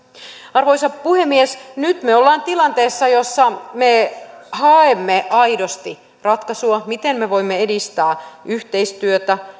arvoisa puhemies nyt me olemme tilanteessa jossa me haemme aidosti ratkaisua miten me voimme edistää yhteistyötä